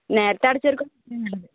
നേരത്തെ അടച്ചവർക്ക്